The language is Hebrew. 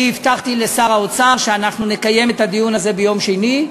הבטחתי לשר האוצר שאנחנו נקיים את הדיון הזה ביום שני.